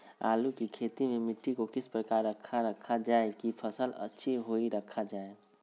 आलू की खेती में मिट्टी को किस प्रकार रखा रखा जाए की फसल अच्छी होई रखा जाए?